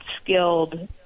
skilled